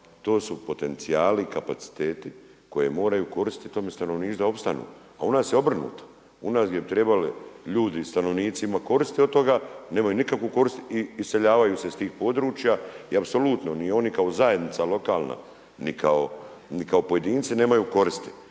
To su potencijali, kapaciteti koje moraju koristiti tome stanovništvu da opstanu, a u nas je obrnuto. U nas gdje bi trebali ljudi, stanovnici imat korist od toga nemaju nikakvu korist i iseljavaju se iz tih područja. I apsolutno ni oni kao zajednica lokalna, ni kao pojedinci nemaju koristi